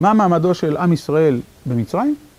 מה מעמדו של עם ישראל במצרים?